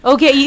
Okay